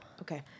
Okay